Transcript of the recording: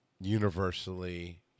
universally